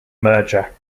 merger